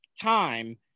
time